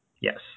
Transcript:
Yes